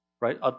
right